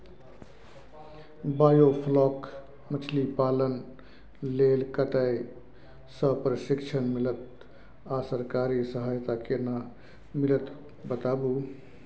Biofloc मछलीपालन लेल कतय स प्रशिक्षण मिलत आ सरकारी सहायता केना मिलत बताबू?